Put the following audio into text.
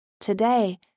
Today